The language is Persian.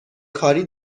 کاری